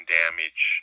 damage